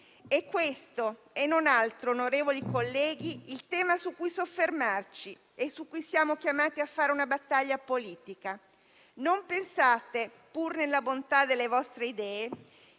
È questo e non altro, onorevoli colleghi, il tema su cui soffermarci e su cui siamo chiamati a fare una battaglia politica. Non pensate, pur nella bontà delle vostre idee,